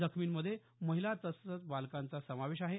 जखमींमध्ये महिला तसंच बालकांचा समावेश आहे